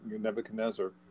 nebuchadnezzar